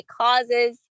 causes